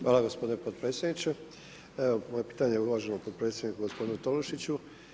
Hvala gospodine podpredsjedniče, evo moje pitanje uvaženom podpredsjedniku gospodinu Tolušiću.